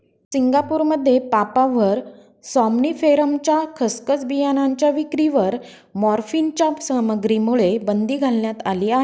सिंगापूरमध्ये पापाव्हर सॉम्निफेरमच्या खसखस बियाणांच्या विक्रीवर मॉर्फिनच्या सामग्रीमुळे बंदी घालण्यात आली आहे